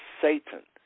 Satan